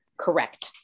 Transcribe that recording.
Correct